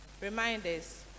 Reminders